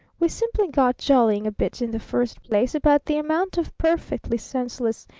we simply got jollying a bit in the first place about the amount of perfectly senseless,